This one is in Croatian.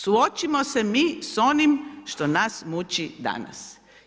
Suočimo se mi s onim što nas muči danas.